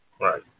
Right